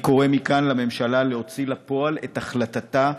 אני קורא מכאן לממשלה להוציא לפועל את החלטתה,